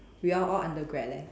we all all undergrad leh